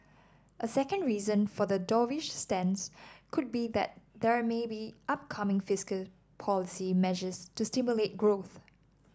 a second reason for the dovish stance could be that there may be upcoming fiscal policy measures to stimulate growth